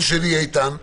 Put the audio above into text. שלי, איתן,